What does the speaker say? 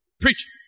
Preach